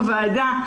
בוועדה,